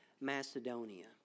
Macedonia